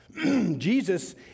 Jesus